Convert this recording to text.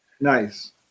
Nice